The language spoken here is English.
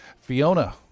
Fiona